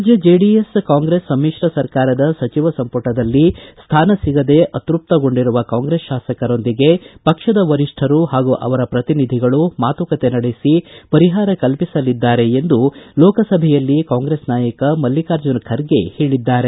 ರಾಜ್ಯ ಜೆಡಿಎಸ್ ಕಾಂಗ್ರೆಸ್ ಸಮಿತ್ರ ಸರ್ಕಾರದ ಸಚಿವ ಸಂಪುಟದಲ್ಲಿ ಸ್ಥಾನ ಸಿಗದೇ ಅತೃಪ್ತಗೊಂಡಿರುವ ಕಾಂಗ್ರೆಸ್ ಶಾಸಕರೊಂದಿಗೆ ಪಕ್ಷದ ವರಿಷ್ಠರು ಹಾಗೂ ಅವರ ಪ್ರತಿನಿಧಿಗಳು ಮಾತುಕತೆ ನಡೆಸಿ ಪರಿಹಾರ ಕಲ್ಪಿಸಲಿದ್ದಾರೆ ಎಂದು ಲೋಕಸಭೆಯಲ್ಲಿ ಕಾಂಗ್ರೆಸ್ ನಾಯಕ ಮಲ್ಲಿಕಾರ್ಜುನ ಖರ್ಗೆ ಹೇಳಿದ್ದಾರೆ